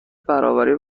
برابری